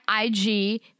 IG